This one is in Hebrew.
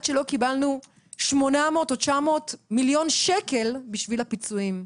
שלא קיבלנו 800 או 900 מיליון שקל בשביל הפיצויים,